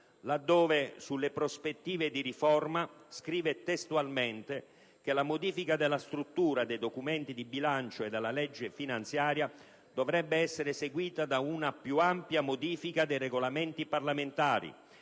laddove, sulle prospettive di riforma, scrive testualmente che "la modifica della struttura dei documenti di bilancio e della legge finanziaria dovrebbe essere seguita da una più ampia modifica dei Regolamenti parlamentari,